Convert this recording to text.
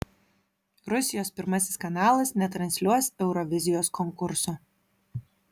rusijos pirmasis kanalas netransliuos eurovizijos konkurso